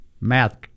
Math